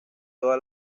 toda